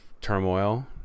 turmoil